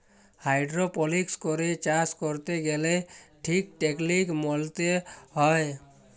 hydroponics করে চাষ ক্যরতে গ্যালে ঠিক টেকলিক মলতে হ্যয়